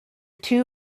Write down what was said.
two